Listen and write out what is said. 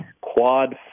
quad